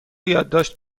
یادداشت